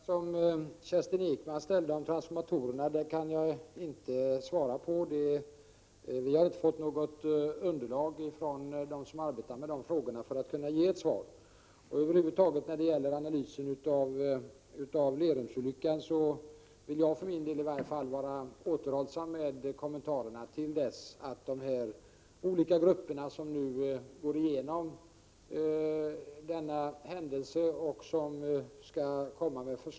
Herr talman! Den fråga som Kerstin Ekman ställde om transformatorerna kan jag inte svara på. Vi har inte fått något underlag från dem som arbetar med dessa frågor för att kunna ge ett svar. När det gäller analyser över huvud taget av Lerumsolyckan vill jag för min del vara återhållsam med kommentarerna till dess att de olika grupper som nu går igenom denna händelse har redovisat sina uppgifter.